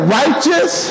righteous